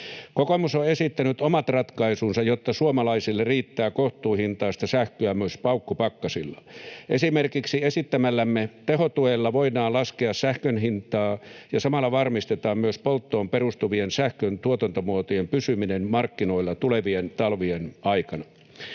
Kokoomus on esittänyt omat ratkaisunsa, jotta suomalaisille riittää kohtuuhintaista sähköä myös paukkupakkasilla. Esimerkiksi esittämällämme tehotuella voidaan laskea sähkön hintaa ja samalla varmistetaan myös polttoon perustuvien sähkön tuotantomuotojen pysyminen markkinoilla tulevien talvien aikana.